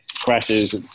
crashes